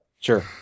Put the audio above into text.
Sure